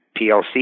PLC